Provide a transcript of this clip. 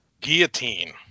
Guillotine